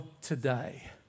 today